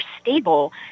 stable